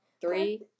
Three